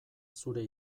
zure